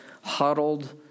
huddled